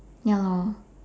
ya lah